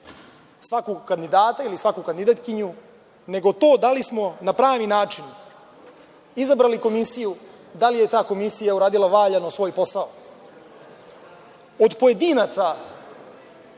svakog kandidata ili svaku kandidatkinju, nego to da li smo na pravi način izabrali komisiju, da li je ta komisija uradila valjano svoj posao. Od pojedinaca